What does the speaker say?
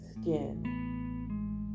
skin